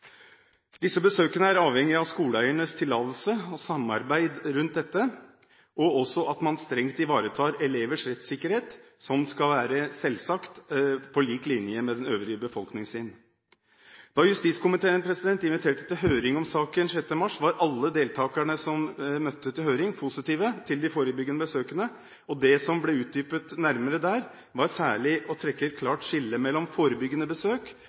Disse besøkene er avhengig av skoleeiernes tillatelse og samarbeid rundt dette, og også at man strengt ivaretar elevers rettssikkerhet, som selvsagt skal være på lik linje med den øvrige befolkningens rettssikkerhet. Da justiskomiteen inviterte til høring om saken 6. mars, var alle deltakerne som møtte til høring, positive til forebyggende besøk. Det som ble utdypet nærmere der, var særlig det å trekke et klart skille mellom forebyggende besøk